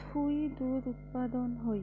থুই দুধ উপাদান হই